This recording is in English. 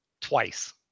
twice